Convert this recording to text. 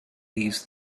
leaves